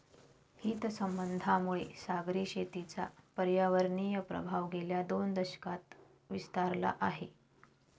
सरकारी हितसंबंधांमुळे सागरी शेतीचा पर्यावरणीय प्रभाव गेल्या दोन दशकांत विस्तारला आहे